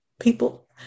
people